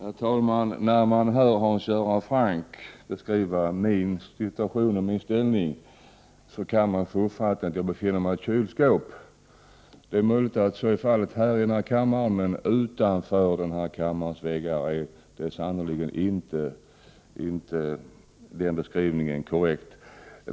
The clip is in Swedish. Herr talman! När man hör Hans Göran Franck beskriva min situation och min ställning kan man få uppfattningen att jag befinner mig i ett kylskåp. Så är det möjligen i den här kammaren, men utanför den här kammarens väggar är sannerligen inte den beskrivningen korrekt.